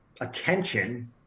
attention